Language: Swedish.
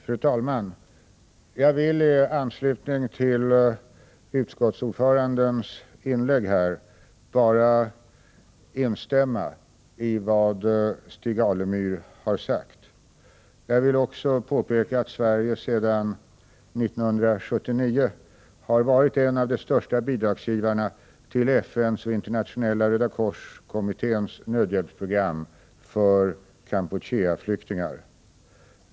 Fru talman! Jag vill i anslutning till utskottsordförandens, Stig Alemyrs, inlägg här bara instämma i vad han har sagt om situationen i Kampuchea. Jag vill också påpeka att Sverige sedan 1979 har varit en av de största bidragsgivarna till FN:s och Internationella röda kors-kommitténs nödhjälpsprogram för Kampucheaflyktingar.